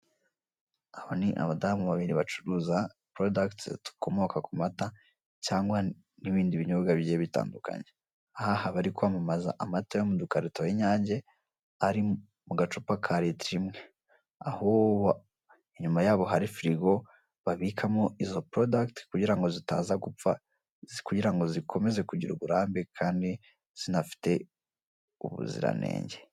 Aba ni abadamu babiri bacuruza porodakiti zikomoka ku mata cyangwa n'ibindi binyobwa bigiye bitandukanye, aha bari kwamamaza amata yo mu dukarito y'inyange ari mu gacupa ka litiro imwe, aho inyuma yabo hari firigo babikamo izo porodakiti kugira ngo zitaza gupfa kugira ngo zikomeze kugira uburambe kandi zinafite ubuziranenge.